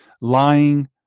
lying